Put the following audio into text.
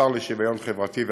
השר לשוויון חברתי ואחרים.